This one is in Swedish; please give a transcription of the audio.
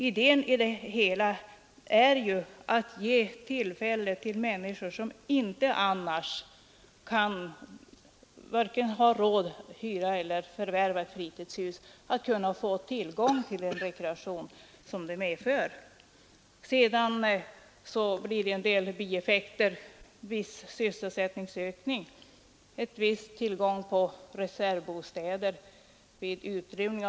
Idén i det hela är ju att ge människor, som inte annars har råd att vare sig hyra eller förvärva ett fritidshus, tillgång till den rekreation som ett sådant medför. Sedan blir det en del bieffekter: viss sysselsättningsökning, viss tillgång på reservbostäder vid utrymning.